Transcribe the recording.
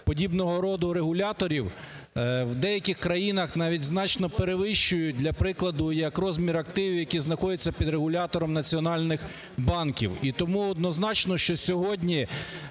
подібного роду регуляторів у деяких країнах навіть значно перевищують. Для прикладу, як розмір активів, які знаходяться під регулятором національних банків. І тому однозначно, що сьогодні